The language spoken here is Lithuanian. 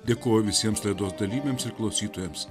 dėkoju visiems laidos dalyviams ir klausytojams